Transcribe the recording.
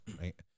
right